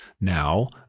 now